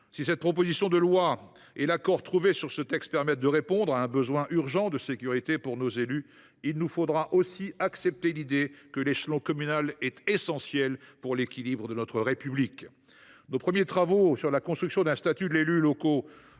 Si cette proposition de loi et l’accord trouvé sur ce texte répondent à un besoin urgent de sécurité pour nos élus, il nous faudra aussi accepter l’idée que l’échelon communal est essentiel pour l’équilibre de notre République. Nos premiers travaux sur la construction d’un statut de l’élu local